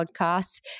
podcasts